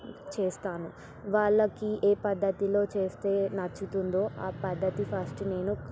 చేస్తాను వాళ్ళకి ఏ పద్ధతిలో చేస్తే నచ్చుతుందో ఆ పద్ధతి ఫస్ట్ నేను